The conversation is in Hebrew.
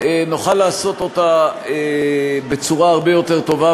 נוכל לעשות אותה בצורה הרבה יותר טובה,